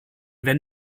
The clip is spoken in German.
wenn